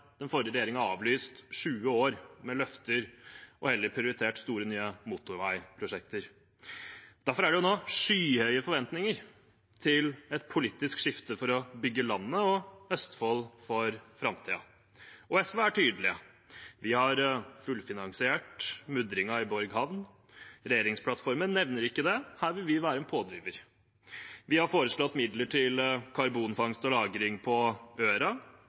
den forrige regjeringen avlyst 20 år med løfter og heller prioritert store nye motorveiprosjekter. Derfor er det nå skyhøye forventninger til et politisk skifte for å bygge landet og Østfold for framtiden. Og SV er tydelige: Vi har fullfinansiert mudringen i Borg havn. Regjeringsplattformen nevner ikke det. Her vil vi være en pådriver. Vi har foreslått midler til karbonfangst og - lagring på Øra.